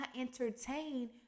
entertain